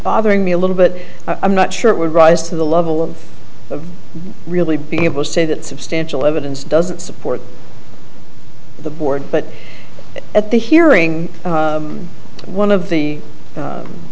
bothering me a little bit i'm not sure it would rise to the level of really being able to say that substantial evidence doesn't support the board but at the hearing one of the